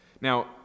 Now